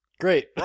Great